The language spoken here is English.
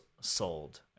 sold